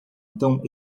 então